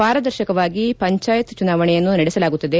ಪಾರದರ್ಶಕವಾಗಿ ಪಂಚಾಯತ್ ಚುನಾವಣೆಯನ್ನು ನಡೆಸಲಾಗುತ್ತದೆ